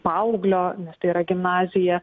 paauglio nes tai yra gimnazija